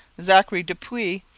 zachary du puys,